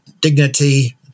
dignity